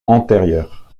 antérieure